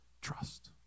trust